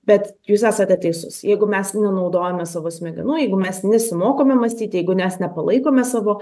bet jūs esate teisus jeigu mes nenaudojame savo smegenų jeigu mes nesimokome mąstyti jeigu nes nepalaikome savo